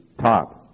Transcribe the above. top